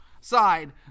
side